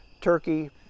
turkey